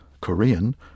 Korean